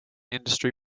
industry